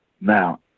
Now